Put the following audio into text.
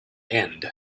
end